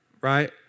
Right